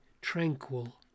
tranquil